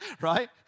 Right